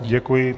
Děkuji.